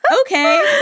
Okay